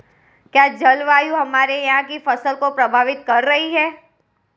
क्या जलवायु हमारे यहाँ की फसल को प्रभावित कर रही है?